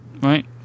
right